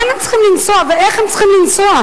לאן הם צריכים לנסוע ואיך הם צריכים לנסוע?